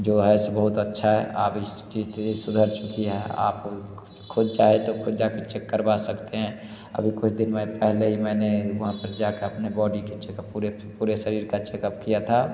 जो है सो बहुत अच्छा है आप इसकी स्थिति सुधर चुकी है आप ख़ुद चाहे तो ख़ुद जा के चेक करवा सकते हैं अभी कुछ दिन में पहले ही मैंने वहाँ पर जा कर अपनी बॉडी के चेकअप पुरे पुरे शरीर का चेकअप किया था